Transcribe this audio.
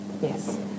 Yes